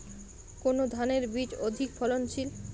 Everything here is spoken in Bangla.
কোন ধানের বীজ অধিক ফলনশীল?